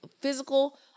physical